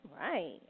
right